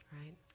Right